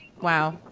Wow